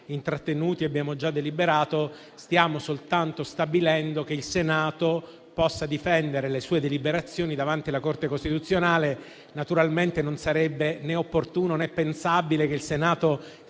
intrattenuti e abbiamo già deliberato. Stiamo soltanto stabilendo che il Senato possa difendere le sue deliberazioni davanti alla Corte costituzionale. Naturalmente non sarebbe né opportuno, né pensabile che il Senato